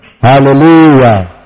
Hallelujah